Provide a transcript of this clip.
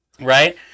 Right